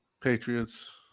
Patriots